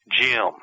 Jim